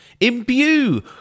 imbue